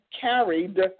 carried